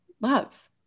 love